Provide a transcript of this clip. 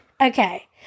okay